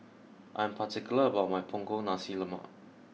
I'm particular about my Punggol Nasi Lemak